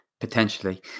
Potentially